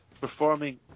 performing